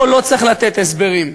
פה לא צריך לתת הסברים,